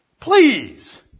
Please